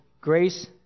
grace